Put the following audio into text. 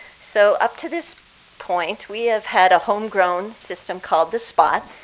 so up to this point, we have had a homegrown system called the spot,